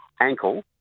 ankle